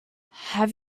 have